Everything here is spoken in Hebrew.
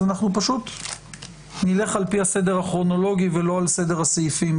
פשוט נלך על פי הסדר הכרונולוגי ולא על פי סדר הסעיפים.